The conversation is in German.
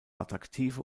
attraktive